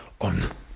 on